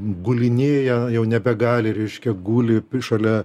gulinėja jau nebegali reiškia guli šalia